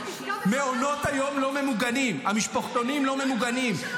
מעונות לא ממוגנים היום, המשפחתונים לא ממוגנים.